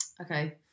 Okay